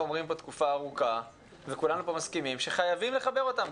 אומרים פה תקופה ארוכה וכולנו פה מסכימים שחייבים לחבר אותם.